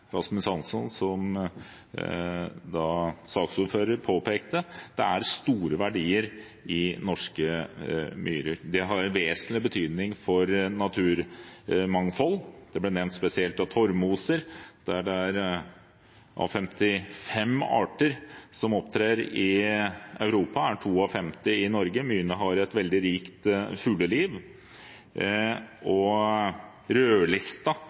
Rasmus Hansson påpekte, er det store verdier i norske myrer. De har vesentlig betydning for naturmangfoldet. Torvmoser ble nevnt spesielt. Av 55 arter som opptrer i Europa, er 52 i Norge. Myrene har et veldig rikt fugleliv, og rødlista